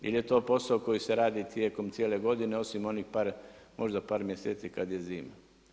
Ili je to posao koji ste radi tijekom cijele godine osim onih par mjeseci kada je zima.